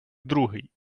другий